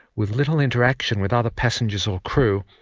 with little interaction with other passengers or crew,